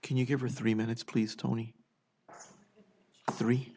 can you give me three minutes please tony three